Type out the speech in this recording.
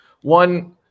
one